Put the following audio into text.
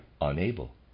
unable